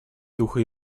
духа